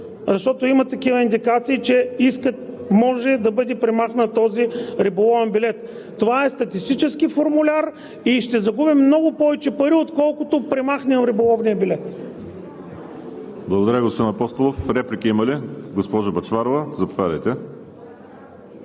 защото има индикации, че може да бъде премахнат този риболовен билет. Това е статистически формуляр и ще загубим много повече пари, отколкото ако премахнем риболовния билет. ПРЕДСЕДАТЕЛ ВАЛЕРИ СИМЕОНОВ: Благодаря, господин Апостолов. Реплики има ли? Госпожо Бъчварова, заповядайте.